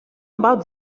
about